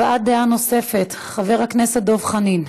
הבעת דעה נוספת, חבר הכנסת דב חנין.